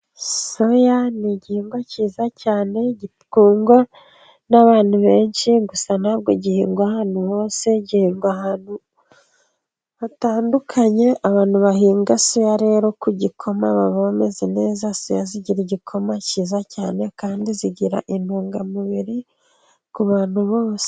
Soya ni igihingwa cyiza cyane, gikundwa n'abantu benshi gusa ntabwo gihingwa ahantu hose , gihingwa ahantu hatandukanye, abantu bahinga soya rero ku gikoma baba bameze neza, soya zigira igikoma cyiza cyane kandi zigira intungamubiri ku bantu bose.